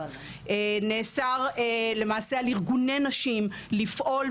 נאסר למעשה על ארגוני נשים לפעול,